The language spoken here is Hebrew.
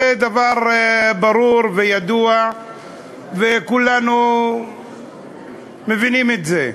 זה דבר ברור וידוע וכולנו מבינים את זה.